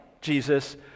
Jesus